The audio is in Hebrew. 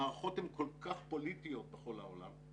המערכות הן כל כך פוליטיות בכל העולם,